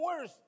worse